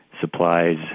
supplies